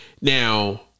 Now